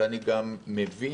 ואני גם מבין,